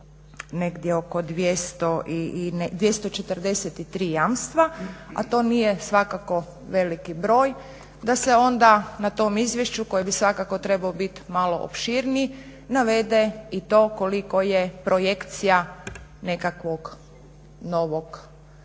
negdje oko 243 jamstva, a to nije svakako veliki broj, da se onda na tom izvješću koje bi svakako trebalo biti malo opširnije navede i to koliko je projekcija nekakve nove vrijednosti,